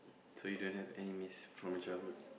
so you don't have any miss from your childhood